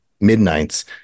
Midnight's